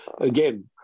again